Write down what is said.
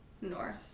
north